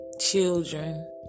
children